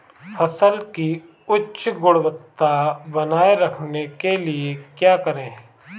फसल की उच्च गुणवत्ता बनाए रखने के लिए क्या करें?